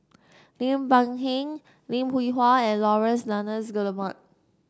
Lim Peng Han Lim Hwee Hua and Laurence Nunns Guillemard